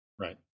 right